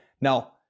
now